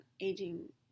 aging